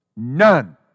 none